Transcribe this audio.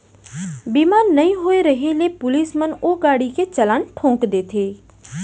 बीमा नइ होय रहें ले पुलिस मन ओ गाड़ी के चलान ठोंक देथे